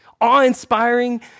awe-inspiring